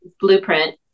blueprint